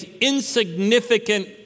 insignificant